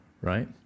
right